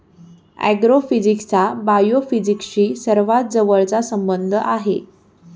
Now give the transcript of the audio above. ऍग्रोफिजिक्सचा बायोफिजिक्सशी सर्वात जवळचा संबंध आहे